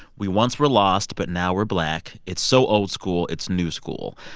we once were lost, but now we're black. it's so old school, it's new school.